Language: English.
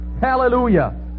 Hallelujah